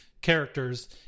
characters